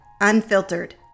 Unfiltered